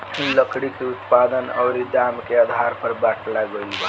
लकड़ी के उत्पादन अउरी दाम के आधार पर बाटल गईल बा